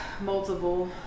Multiple